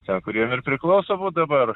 ten kur jiem ir priklauso būt dabar